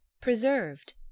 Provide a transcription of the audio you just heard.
preserved